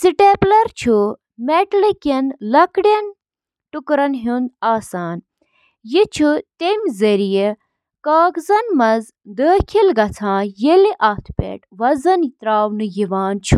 skin ہٕنٛدیٚن طرفن چھِ لٔٹہِ آسان، یتھ ریڈنگ تہِ ونان چھِ، واریاہو وجوہاتو کِنۍ، یتھ منٛز شٲمِل چھِ: جعل سازی تہٕ کلپنگ رُکاوٕنۍ، بوزنہٕ یِنہٕ والیٚن ہٕنٛز